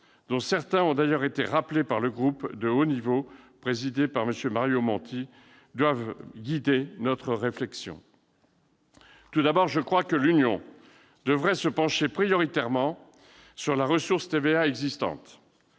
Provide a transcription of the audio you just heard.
dont certains ont d'ailleurs été rappelés par le groupe de haut niveau présidé par Mario Monti, doivent guider notre réflexion. Tout d'abord, je crois que l'Union européenne devrait se pencher prioritairement sur la ressource TVA existante.